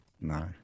No